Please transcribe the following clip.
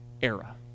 era